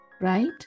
right